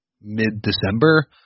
mid-December